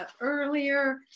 earlier